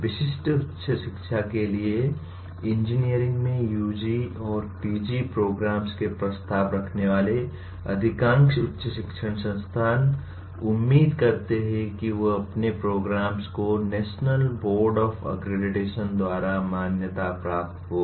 विशिष्ट उच्च शिक्षा के लिए इंजीनियरिंग में यूजी और पीजी प्रोग्राम्स के प्रस्ताव रखने वाले अधिकांश उच्च शिक्षण संस्थान उम्मीद करते हैं कि वे अपने प्रोग्राम्स को नेशनल बोर्ड ऑफ अक्रेडिटेशन द्वारा मान्यता प्राप्त हों